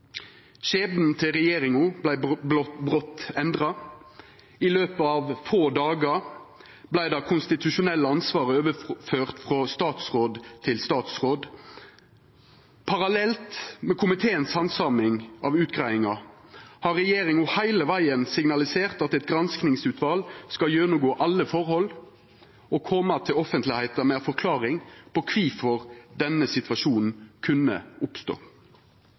til regjeringa vart brått endra. I løpet av få dagar vart det konstitusjonelle ansvaret overført frå statsråd til statsråd. Parallelt med komiteen si handsaming av utgreiinga har regjeringa heile vegen signalisert at eit granskingsutval skal gjennomgå alle forhold og koma til offentlegheita med ei forklaring på kvifor denne situasjonen kunne oppstå.